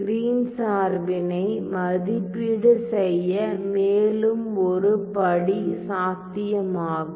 green Green's சார்பினை மதிப்பீடு செய்ய மேலும் ஒரு படி சாத்தியமாகும்